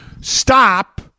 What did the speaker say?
stop